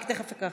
אני תכף אקח.